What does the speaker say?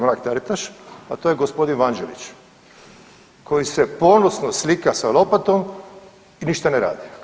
Mrak-Taritaš, a to je g. Vanđelić koji se ponosno slika sa lopatom i ništa ne radi.